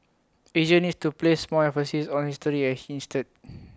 Asia needs to place more emphasis on history and he insisted